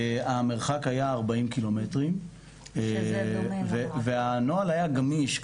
המרחק היה 40 קילומטרים והנוהל היה גמיש,